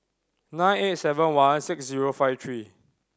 nine eight seven one six zero five three